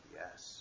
yes